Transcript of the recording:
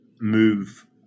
move